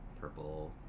Purple